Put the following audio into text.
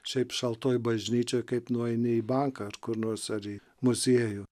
šiaip šaltoj bažnyčioj kaip nueini į banką ar kur nors ar į muziejų